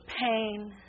pain